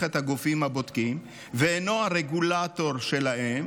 את הגופים הבודקים ואינו הרגולטור שלהם.